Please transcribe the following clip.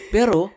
Pero